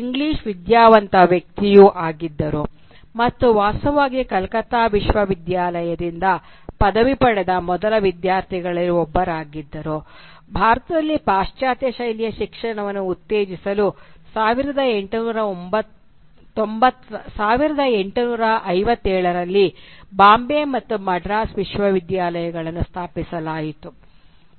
English ವಿದ್ಯಾವಂತ ವ್ಯಕ್ತಿಯೂ ಆಗಿದ್ದರು ಮತ್ತು ವಾಸ್ತವವಾಗಿ ಕಲ್ಕತ್ತಾ ವಿಶ್ವವಿದ್ಯಾಲಯದಿಂದ ಪದವಿ ಪಡೆದ ಮೊದಲ ವಿದ್ಯಾರ್ಥಿಗಳಲ್ಲಿ ಒಬ್ಬರಾಗಿದ್ದರು ಭಾರತದಲ್ಲಿ ಪಾಶ್ಚಾತ್ಯ ಶೈಲಿಯ ಶಿಕ್ಷಣವನ್ನು ಉತ್ತೇಜಿಸಲು 1857 ರಲ್ಲಿ ಬಾಂಬೆ ಮತ್ತು ಮದ್ರಾಸ್ ವಿಶ್ವವಿದ್ಯಾಲಯಗಳನ್ನು ಸ್ಥಾಪಿಸಲಾಯಿತು